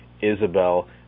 Isabel